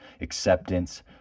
acceptance